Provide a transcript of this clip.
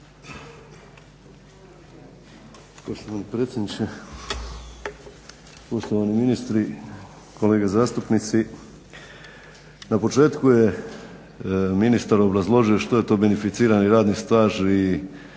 Gospodine predsjedniče, poštovani ministri, kolege zastupnici. Na početku je ministar obrazložio što je to beneficirani radni staž i